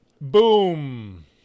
boom